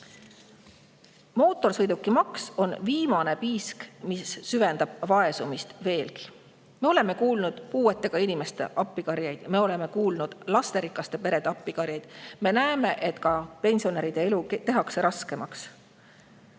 Mootorsõidukimaks on viimane piisk, mis süvendab vaesumist veelgi. Me oleme kuulnud puuetega inimeste appikarjeid, me oleme kuulnud lasterikaste perede appikarjeid, me näeme, et ka pensionäride elu tehakse raskemaks.